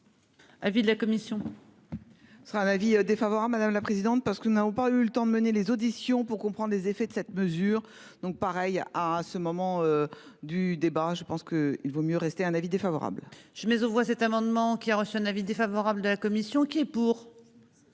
Avis de la commission. Ce sera un avis défavorable. Madame la présidente, parce que nous n'avons pas eu le temps de mener les auditions pour comprendre les effets de cette mesure. Donc pareil à ce moment du débat, je pense que il vaut mieux rester un avis défavorable. Je mets aux voix cet amendement qui a reçu un avis défavorable de la commission qui est pour.